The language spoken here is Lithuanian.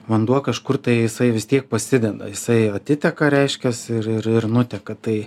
vanduo kažkur tai jisai vis tiek pasideda jisai atiteka reiškias ir ir ir nuteka tai